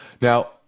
Now